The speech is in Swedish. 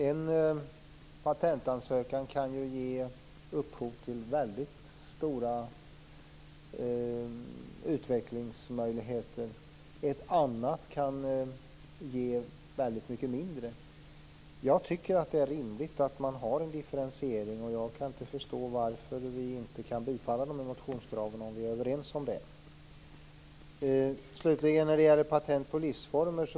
En patentansökan kan ge upphov till väldigt stora utvecklingsmöjligheter, men en annan kan ge mindre. Jag tycker att det är rimligt med en differentiering. Jag kan inte förstå varför vi inte kan bifalla motionskraven när vi nu är överens. Slutligen var det frågan om patent på livsformer.